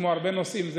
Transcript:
כמו הרבה נושאים,